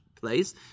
place